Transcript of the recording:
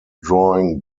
drawing